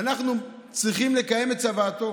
אנחנו צריכים לקיים את צוואתו